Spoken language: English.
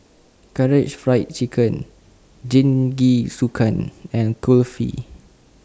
Karaage Fried Chicken Jingisukan and Kulfi